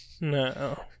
No